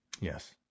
Yes